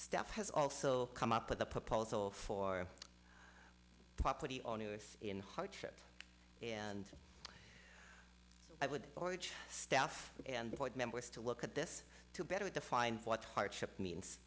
stuff has also come up with a proposal for a property owner who is in hardship and i would orange staff and board members to look at this to better define what hardship means